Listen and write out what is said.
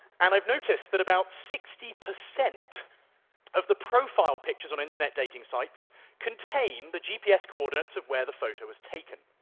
and i've noticed that about sixty percent of the profile pictures on internet dating sites contain the gps coordinates of where the photo was taken,